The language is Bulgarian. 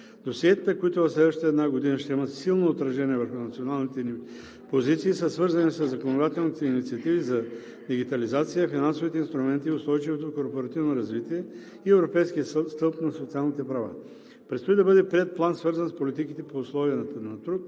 Досиетата, които в следващата една година ще имат силно отражение върху националните ни позиции, са свързани със законодателните инициативи за дигитализация, финансовите инструменти, устойчивото корпоративно развитие и европейския стълб за социалните права. Предстои да бъде приет план, свързан с политиките по условията на труд,